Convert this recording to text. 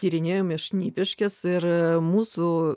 tyrinėjome šnipiškes ir mūsų